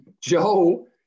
Joe